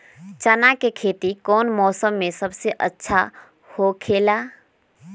चाना के खेती कौन मौसम में सबसे अच्छा होखेला?